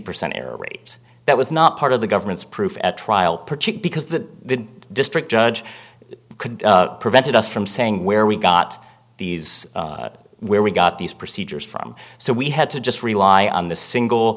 percent error rate that was not part of the government's proof at trial partic because the district judge could prevented us from saying where we got these where we got these procedures from so we had to just rely on the single